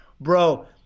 bro